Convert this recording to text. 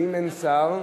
ואם אין שר,